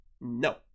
no